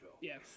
Yes